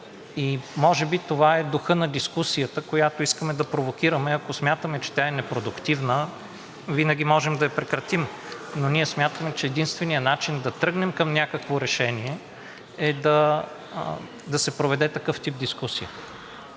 Може би това е духът на дискусията, която искаме да провокираме. Ако смятаме, че тя е непродуктивна, винаги можем да я прекратим, но смятаме, че единственият начин да тръгнем към някакво решение е да се проведе такъв тип дискусия.